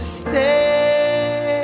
stay